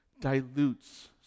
dilutes